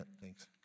thanks